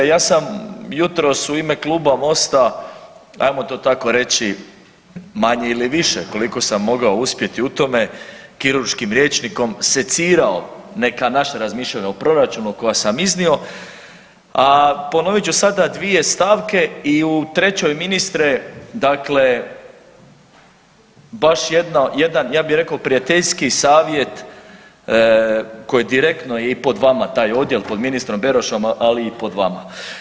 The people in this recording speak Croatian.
Ja sam jutros u ime Kluba MOST-a ajmo to tako reći, manje ili više koliko sam mogao uspjeti u tome kirurškim rječnikom secirao neka naša razmišljanja o proračunu koja sam iznio, a ponovit ću sada 2 stavke i u 3 ministre dakle baš jedno, jedan ja bi rekao prijateljski savjet koji je direktno i pod vama taj odjel, pod ministrom Berošem, ali i pod vama.